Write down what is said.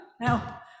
Now